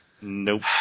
Nope